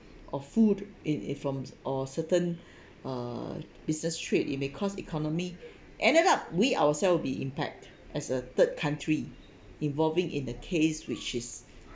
or food it it from or certain uh business trade it may cause economy ended up we ourselves be impact as a third country involving in the case which is